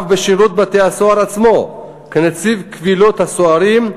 בשירות בתי-הסוהר עצמו, כנציב קבילות הסוהרים,